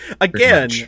Again